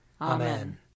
Amen